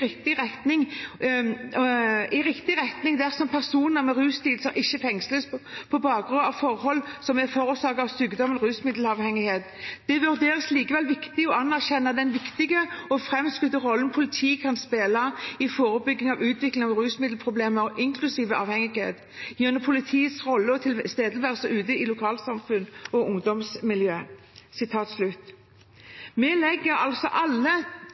riktig retning dersom personer med ruslidelse ikke fengsles på bakgrunn av forhold som er forårsaket av sykdommen rusmiddelavhengighet. Det vurderes likevel viktig å anerkjenne den viktige og fremskutte rollen politiet kan spille i forebygging av utvikling av rusmiddelproblemer inklusive avhengighet, gjennom politiets rolle og tilstedeværelse ute i lokalmiljø og ungdomsmiljø.» Vi legger altså alle